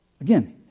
Again